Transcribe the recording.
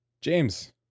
James